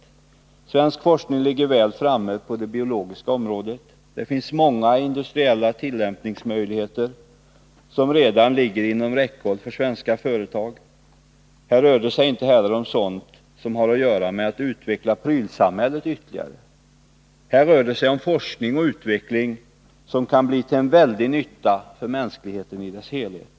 Svensk forskning ligger väl framme på det 27 november 1981 biologiska området. Det finns många industriella tillämpningsmöjligheter som redan ligger inom räckhåll för svenska företag. Här rör det sig inte heller om sådant som har att göra med att utveckla prylsamhället ytterligare. Här rör det sig om forskning och utveckling som kan bli till en väldig nytta för Om förhandsprövningen rörande användning av mänskligheten i dess helhet.